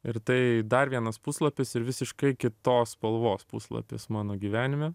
ir tai dar vienas puslapis ir visiškai kitos spalvos puslapis mano gyvenime